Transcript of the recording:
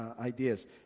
ideas